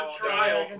trial